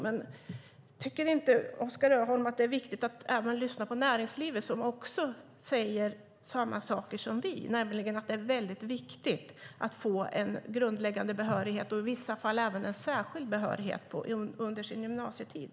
Men tycker inte Oskar Öholm att det är viktigt att även lyssna på näringslivet som säger samma saker som vi, nämligen att det är mycket viktigt att få en grundläggande behörighet och i vissa fall även en särskild behörighet under sin gymnasietid?